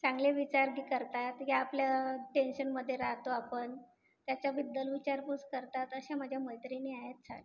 चांगले विचार गी करतात कदी आपलं टेंशनमदे रातो आपन त्याच्याबद्दल विचारपूस करतात अशा माज्या मैत्रिनी आएत छान